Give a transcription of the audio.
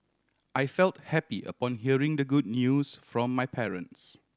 I felt happy upon hearing the good news from my parents